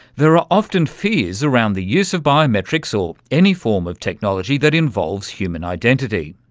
there are often fears around the use of biometrics or any form of technology that involves human identity.